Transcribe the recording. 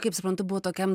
kaip suprantu buvot tokiam